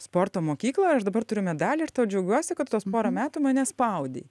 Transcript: sporto mokyklą ir aš dabar turiu medalį ir tuo džiaugiuosi kad tuos porą metų mane spaudei